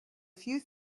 few